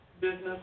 business